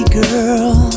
girl